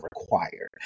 required